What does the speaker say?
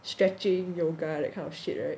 stretching yoga that kind of shit [right]